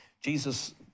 Jesus